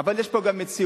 אבל יש פה גם מציאות.